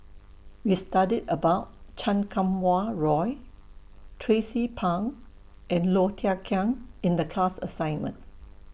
We studied about Chan Kum Wah Roy Tracie Pang and Low Thia Khiang in The class assignment